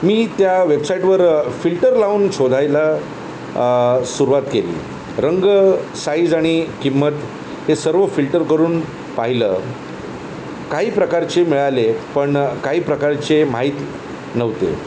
मी त्या वेबसाईटवर फिल्टर लावून शोधायला सुरवात केली रंग साइज आणि किंमत हे सर्व फिल्टर करून पाहिलं काही प्रकारचे मिळाले पण काही प्रकारचे माहीत नव्हते